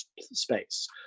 space